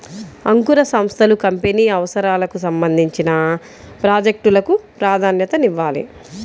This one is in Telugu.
అంకుర సంస్థలు కంపెనీ అవసరాలకు సంబంధించిన ప్రాజెక్ట్ లకు ప్రాధాన్యతనివ్వాలి